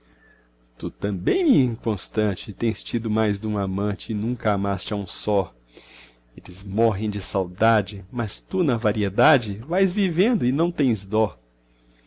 tu também minha inconstante tens tido mais dum amante e nunca amaste a um só eles morrem de saudade mas tu na variedade vais vivendo e não tens dó